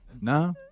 No